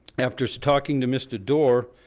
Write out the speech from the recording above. after talking to mr. doar